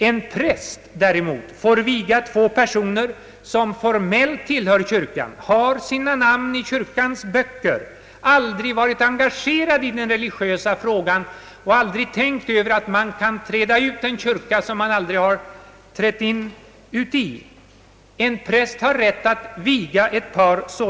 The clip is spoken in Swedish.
En präst däremot får viga två personer som formellt tillhör kyrkan, har sina namn i kyrkans böcker, men aldrig varit engagerade i den religiösa frågan och aldrig tänkt på att man kan träda ut ur en kyrka som man aldrig inträtt i.